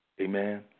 Amen